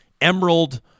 Emerald